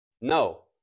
No